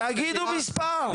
תגידו מספר.